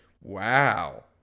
Wow